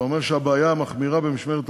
שאומר שהבעיה מחמירה במשמרת הלילה,